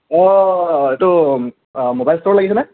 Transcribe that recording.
অঁ এইটো মোবাইল ষ্টোৰত লাগিছেনে